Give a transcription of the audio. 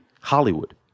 Hollywood